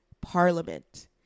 Parliament